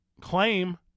claim